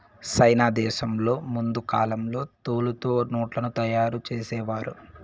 సైనా దేశంలో ముందు కాలంలో తోలుతో నోట్లను తయారు చేసేవారు